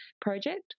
project